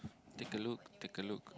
take a look take a look